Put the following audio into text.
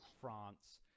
France